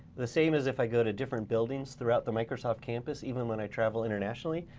the same as if i go to different buildings throughout the microsoft campus, even when i travel internationally,